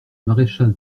maréchal